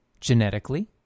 genetically